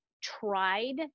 tried